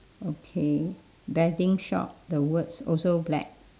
okay betting shop the words also black